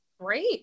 Great